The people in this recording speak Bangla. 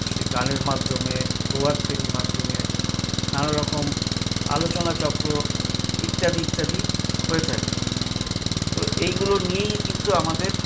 সেই গানের মাধ্যমে প্রভাতফেরির মাধ্যমে নানারকম আলোচনা চক্র ইত্যাদি ইত্যাদি হয়ে থাকে তো এইগুলো নিয়েই কিন্তু আমাদের